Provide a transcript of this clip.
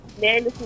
man